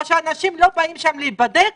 או שאנשים לא באים שם להיבדק,